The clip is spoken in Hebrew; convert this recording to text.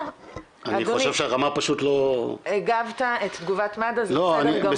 אני חושב שהרמה פשוט לא -- הגבת את תגובת מד”א זה בסדר גמור.